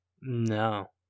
No